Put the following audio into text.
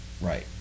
Right